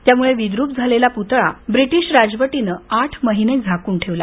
त्यामुळे विद्रूप झालेला पुतळा ब्रिटिश राजवटीनं आठ महिने झाकून ठेवला